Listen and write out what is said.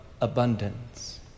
abundance